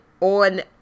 on